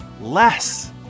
Less